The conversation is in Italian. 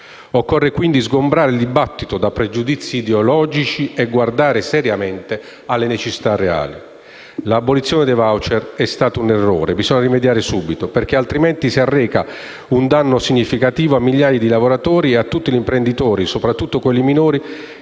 Occorre quindi sgombrare il dibattito da pregiudizi ideologici e guardare seriamente alle necessità reali. L'abolizione dei *voucher* è stata un errore. Bisogna rimediare subito, perché altrimenti si arreca un danno significativo a migliaia di lavoratori e a tutti gli imprenditori, soprattutto quelli minori,